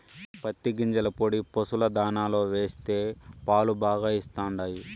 పత్తి గింజల పొడి పశుల దాణాలో వేస్తే పాలు బాగా ఇస్తండాయి